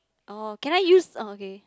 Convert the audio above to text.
oh can I use oh okay